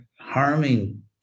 harming